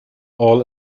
all